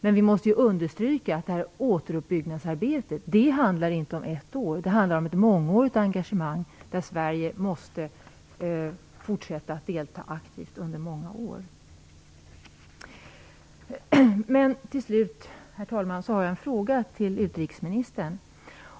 Men vi måste ju understryka att återuppbyggnadsarbetet inte handlar om ett år - det handlar om ett mångårigt engagemang, ett engagemang där Sverige måste fortsätta att delta aktivt under många år. Herr talman! Till slut har jag en fråga till utrikesministern.